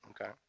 Okay